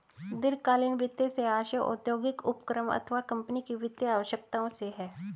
दीर्घकालीन वित्त से आशय औद्योगिक उपक्रम अथवा कम्पनी की वित्तीय आवश्यकताओं से है